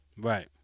Right